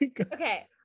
Okay